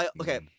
Okay